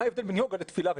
מה ההבדל בין יוגה לתפילה?